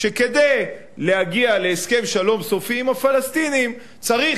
שכדי להגיע להסכם שלום סופי עם הפלסטינים צריך